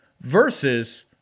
versus